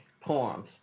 poems